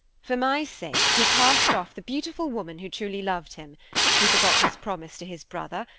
for my sake he cast off the beautiful woman who truly loved him he forgot his promise to his brother,